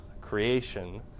creation